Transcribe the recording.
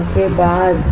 substrate यह एक चीज है